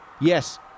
Yes